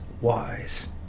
wise